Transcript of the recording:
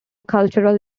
cultural